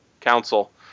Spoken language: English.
council